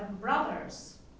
brothers